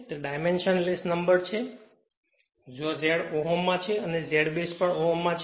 તે dimension less number છે જ્યાં Z ઓહમ માં છે અને Z base પણ ઓહમ માં છે